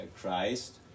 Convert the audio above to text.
Christ